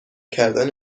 کردن